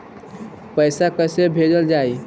पैसा कैसे भेजल जाइ?